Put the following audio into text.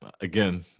again